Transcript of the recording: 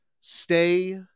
stay